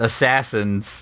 assassins